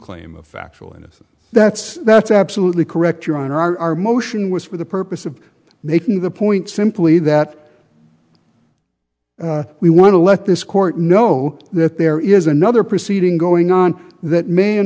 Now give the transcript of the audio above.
claim of factual innocence that's that's absolutely correct your honor our motion was for the purpose of making the point simply that we want to let this court know that there is another proceeding going on that ma